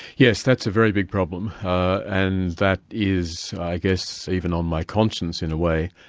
yes, that's a very big problem and that is, i guess, even on my conscience in a way.